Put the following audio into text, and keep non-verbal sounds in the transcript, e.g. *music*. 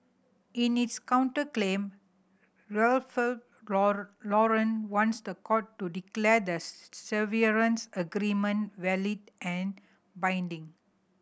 in its counterclaim Ralph *unintelligible* Lauren wants the court to declare the severance agreement valid and binding